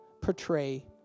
portray